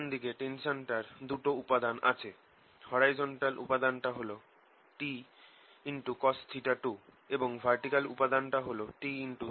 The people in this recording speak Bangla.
ডান দিকে টেনশানটার দুটো উপাদান আছে হরাইজন্টাল উপাদান টা হল Tcos2 এবং ভার্টিকাল উপাদান টা হল Tsin2